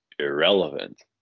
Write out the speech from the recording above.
irrelevant